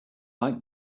like